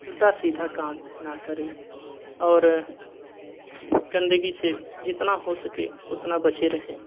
उल्टा सीधा काम ना करें और गंदगी से जितना हो सके उतना बचे रहें